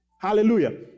Hallelujah